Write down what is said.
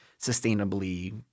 sustainably